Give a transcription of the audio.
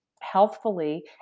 healthfully